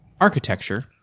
Architecture